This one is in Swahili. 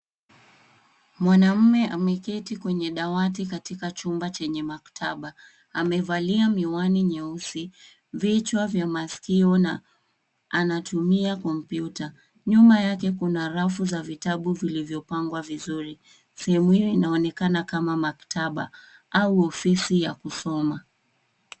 Mwanamume ameketi kwenye dawati katika chumba chenye maktaba. Amevalia miwani nyeusi, vichwa vya masikio na anatumia kompyuta. Nyuma yake kuna rafu za vitabu vilivyopangwa vizuri. Sehemu hiyo inaonekana kama maktaba au ofisi ya kusoma.